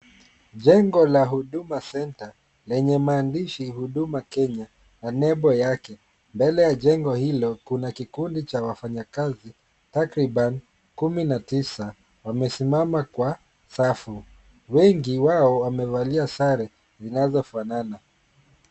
Jengo la HUDUMA center lenye maandishi HUDUMA KENYA na nembo yake. Mbele ya jengo hilo kuna kikundi cha wafanyakazi takriban 19, wamesimama kwa safu. Wengi wao wamevalia sare zinazo fanana.